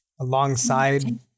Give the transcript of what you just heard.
Alongside